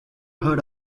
heard